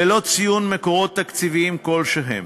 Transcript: ללא ציון מקורות תקציביים כלשהם.